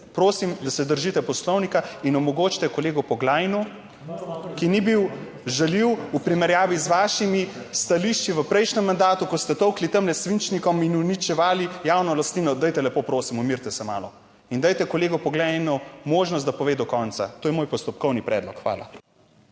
Prosim, da se držite Poslovnika in omogočite kolegu Poglajnu, ki ni bil žaljiv v primerjavi z vašimi stališči v prejšnjem 70. TRAK: (TB) - 15.50 (nadaljevanje) mandatu, ko ste tolkli tamle s svinčnikom in uničevali javno lastnino. Dajte, lepo prosim, umirite se malo in dajte kolegu Poglajnu eno možnost, da pove do konca. To je moj postopkovni predlog. Hvala.